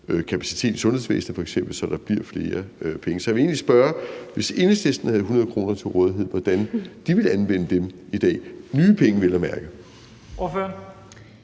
kapacitet i sundhedsvæsenet, så der bliver flere penge. Så jeg vil egentlig spørge: Hvis Enhedslisten havde 100 kr. til rådighed, hvordan ville Enhedslisten så anvende dem – vel at mærke nye penge